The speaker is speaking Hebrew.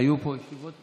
היו פה ישיבות?